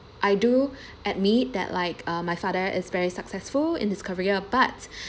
I do admit that like my father is very successful in his career but